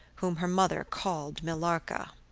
whom her mother called millarca.